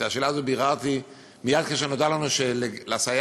את השאלה הזאת ביררתי מייד כשנודע לנו שלסייעת